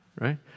Right